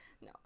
no